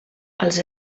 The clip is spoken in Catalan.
els